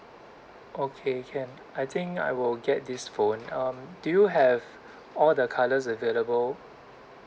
okay can I think I will get this phone um do you have all the colours available